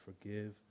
forgive